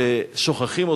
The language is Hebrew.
ששוכחים.